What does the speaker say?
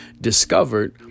discovered